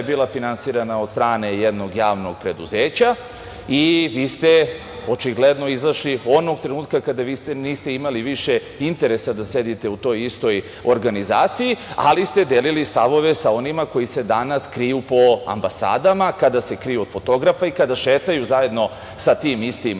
bila finansirana od strane jednog javnog preduzeća, a vi ste očigledno izašli onog trenutka kada niste imali više interesa da sedite u toj istoj organizaciji, ali ste delili stavove sa onima koji se danas kriju po ambasadama, kada se kriju od fotografa i kada šetaju zajedno sa tim istim